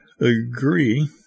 agree